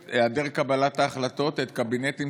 את היעדר קבלת ההחלטות ואת הקבינטים